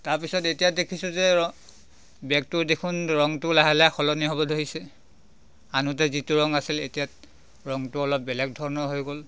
তাৰ পিছত এতিয়া দেখিছোঁ যে ৰ বেগটোৰ দেখোন ৰংটো লাহে লাহে সলনি হ'ব ধৰিছে আনোতে যিটো ৰং আছিল এতিয়াত ৰংটো অলপ বেলেগ ধৰণৰ হৈ গ'ল